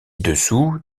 dessous